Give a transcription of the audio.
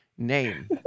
Name